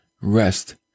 Rest